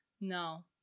No